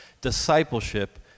Discipleship